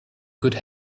good